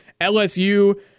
LSU